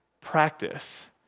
practice